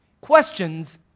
Questions